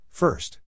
First